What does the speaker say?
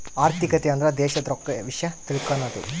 ಆರ್ಥಿಕತೆ ಅಂದ್ರ ದೇಶದ್ ರೊಕ್ಕದ ವಿಷ್ಯ ತಿಳಕನದು